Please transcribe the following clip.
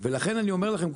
ולכן אני אומר לכם,